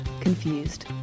Confused